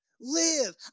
Live